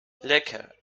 lecker